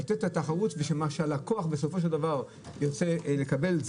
לתת תחרות לגבי מה שהלקוח בסופו של דבר ירצה לקבל,